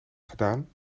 gedaan